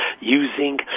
using